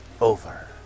over